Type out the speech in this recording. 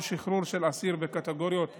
כל שחרור של האסיר בקטגוריות שהוגדרו,